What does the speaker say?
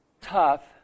tough